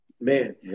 man